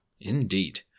Indeed